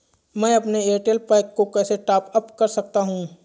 मैं अपने Airtel pack को कैसे टॉप अप कर सकता हूँ?